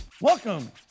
Welcome